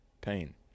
pain